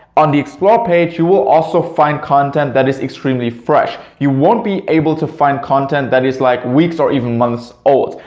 on the explore page you will also find content that is extremely fresh. you won't be able to find content that is like weeks or even months old.